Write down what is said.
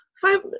five